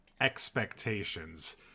expectations